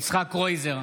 יצחק קרויזר,